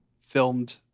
filmed